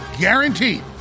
guaranteed